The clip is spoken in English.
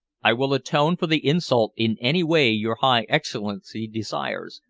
i will atone for the insult in any way your high excellency desires,